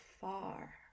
far